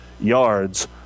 yards